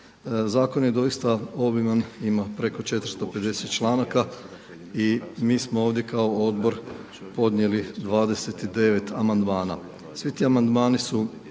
zakon je doista obiman, ima preko 450 članaka i mi smo ovdje kao odbor podnijeli 29 amandmana.